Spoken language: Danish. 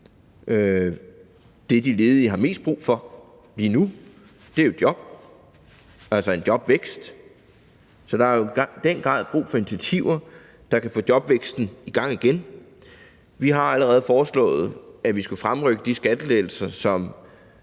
Det, de ledige har mest brug for lige nu, er jo job, altså en jobvækst. Så der er jo i den grad brug for initiativer, der kan få jobvæksten i gang igen. Vi har allerede foreslået, at vi skal fremrykke de skattelettelser, som